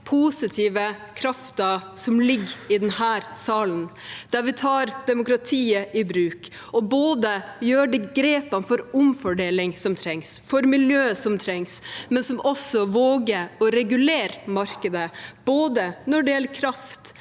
positive kraften som ligger i denne salen, da vi tar demokratiet i bruk og gjør de grepene for omfordeling som trengs, for miljøet som trengs, men også våger å regulere markedet både når det gjelder kraft,